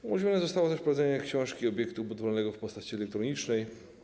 Umożliwione zostało też prowadzenie książki obiektu budowlanego w postaci elektronicznej.